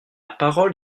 parole